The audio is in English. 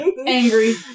Angry